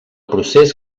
procés